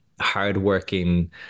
hardworking